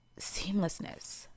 seamlessness